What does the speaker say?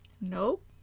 Nope